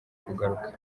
kugaruka